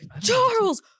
charles